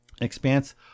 expanse